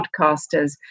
podcasters